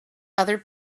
other